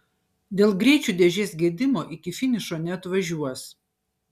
dėl greičių dėžės gedimo iki finišo neatvažiuos